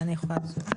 מה אני יכולה לעשות?